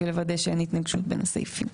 בשביל לוודא שאין התנגשות בין הסעיפים.